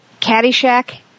Caddyshack